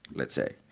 let's say.